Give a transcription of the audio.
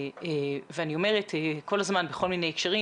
אני אומרת כל הזמן בכל מיני הקשרים